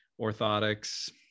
orthotics